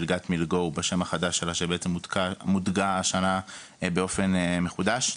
מלגת "מילגו" בשם החדש שלה שבעצם מותגה השנה באופן מחודש,